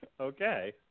Okay